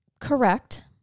Correct